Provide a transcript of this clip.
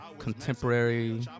Contemporary